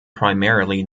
primarily